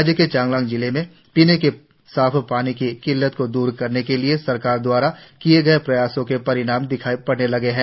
राज्य के चांगलांच जिले में पीने के साफ पानी की किल्लत को दूर करने के लिए सरकार द्वारा किए गए प्रयासों के परिणाम दिखाई पड़ने लगे है